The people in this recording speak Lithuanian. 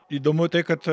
įdomu tai kad